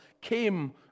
came